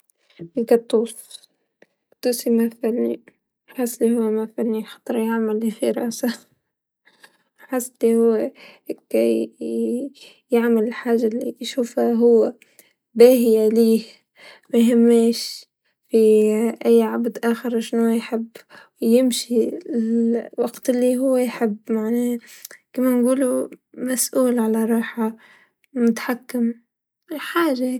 القاطوس، القاطوس هومافاني حاس لهو ثاني مافاني خاطر يعمل ل في راسه قصدي هو هاكا ي يعمل حاجه ليشوفها هو باهيا ليه، ميهماش ي عبد آخر شنو يحب، يمشي الوقت لهو يحب معناه كيما نقولو مسؤول على روحو متحكم في حاجه هاكا.